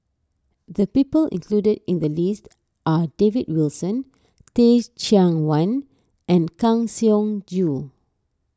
the people included in the list are David Wilson Teh Cheang Wan and Kang Siong Joo